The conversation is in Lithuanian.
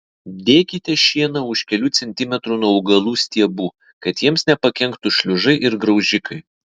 dėkite šieną už kelių centimetrų nuo augalų stiebų kad jiems nepakenktų šliužai ir graužikai